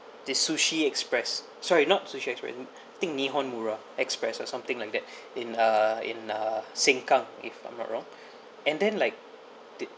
the sushi express sorry not sushi express mm I think Nihon Mura Express or something like that in uh in uh sengkang if I'm not wrong and then like